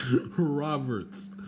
Roberts